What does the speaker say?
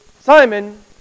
Simon